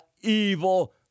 evil